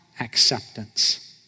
acceptance